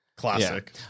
Classic